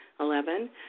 Eleven